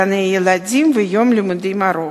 גני-ילדים ויום לימודים ארוך,